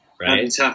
right